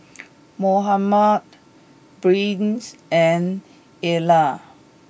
Mohammed Briens and Erna